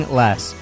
less